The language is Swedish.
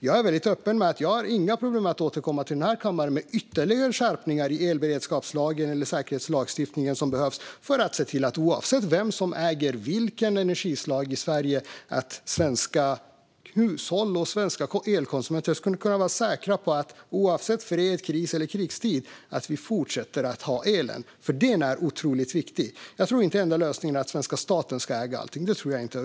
Jag är väldigt öppen med att jag inte har några problem med att återkomma till den här kammaren med ytterligare skärpningar i elberedskapslagen eller säkerhetsskyddslagstiftningen som behövs för att se till att svenska hushåll och elkonsumenter kan vara säkra på att vi fortsätter att ha elen oavsett vem som äger vilket energislag i Sverige och oavsett om det råder fred, kris eller krig. Elen är oerhört viktig. Jag tror inte att den enda lösningen är att svenska staten ska äga allting.